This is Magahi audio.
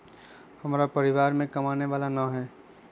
हमरा परिवार में कमाने वाला ना है?